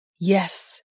Yes